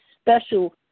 special